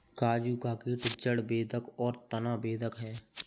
काजू का कीट जड़ बेधक और तना बेधक है